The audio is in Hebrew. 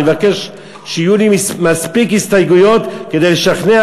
אני מבקש שיהיו לי מספיק הסתייגויות כדי לשכנע